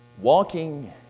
Walking